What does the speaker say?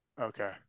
Okay